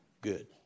good